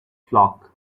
flock